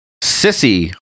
Sissy